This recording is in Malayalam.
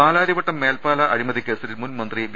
പാലാരിവട്ടം മേൽപ്പാല അഴിമതിക്കേസിൽ മുൻ മന്ത്രി വി